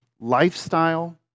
lifestyle